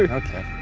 okay.